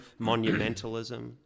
monumentalism